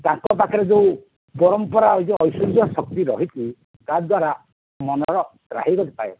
ତାଙ୍କ ପାଖରେ ଯେଉଁ ପରମ୍ପରା ଯେଉଁ ଐଶ୍ୱର୍ଯ୍ୟ ଶକ୍ତି ରହିଛି ତା ଦ୍ୱାରା ମନର ତ୍ରାହି ମିଳିଥାଏ